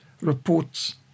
reports